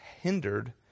hindered